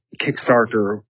Kickstarter